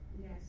Yes